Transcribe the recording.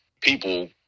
people